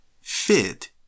fit